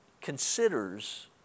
considers